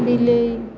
ବିଲେଇ